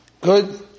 Good